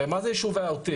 הרי מה זה יישובי העוטף?